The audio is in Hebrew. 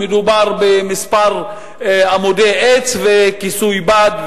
מדובר בכמה עמודי עץ וכיסוי בד,